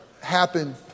happen